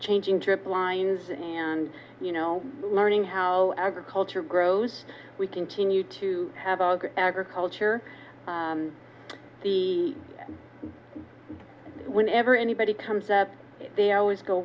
changing drip lines and you know learning how our culture grows we continue to have all agriculture the whenever anybody comes up they always go